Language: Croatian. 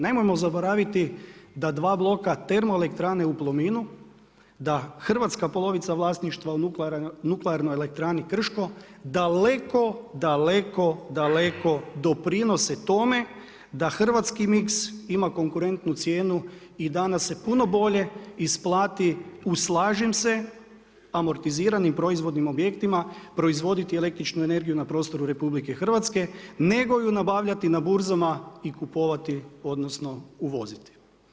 Nemojmo zaboraviti da dva bloka termoelektrane u Plominu, da hrvatska polovica vlasništva u nuklearnoj elektrani Krško daleko, daleko doprinose tome da hrvatski miks ima konkurentnu cijenu i da nam se puno bolje isplati u slažem se amortiziranim proizvodnim objektima proizvoditi električnu energiju na prostoru RH nego ju nabavljati na burzama i kupovati, odnosno uvoziti.